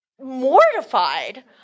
mortified